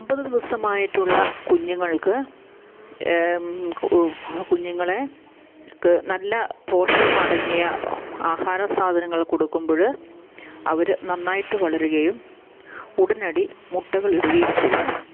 അമ്പത് ദിവസമായിട്ടുള്ള കുഞ്ഞുങ്ങൾക്ക് കുഞ്ഞുങ്ങള്ക്ക് നല്ല പോഷകമടങ്ങിയ ആഹാരസാധനങ്ങൾ കൊടുക്കുമ്പോള് അവര് നന്നായിട്ട് വളരുകയും ഉടനടി മുട്ടകള് ഇടുകയും ചെയ്യുന്നു